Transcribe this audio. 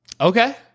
Okay